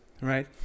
right